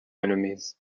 enemies